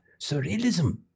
surrealism